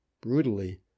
brutally